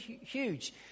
huge